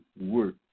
work